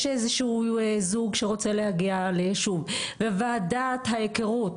איזשהו זוג שרוצה להגיע לישוב וועדת ההכרות,